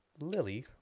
Lily